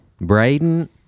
Braden